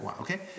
okay